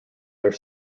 their